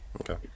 Okay